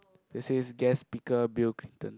they says guest speaker Bill Clinton